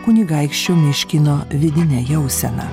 kunigaikščio miškino vidine jausena